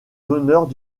honneurs